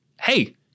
Hey